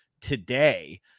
today